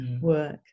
work